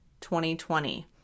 2020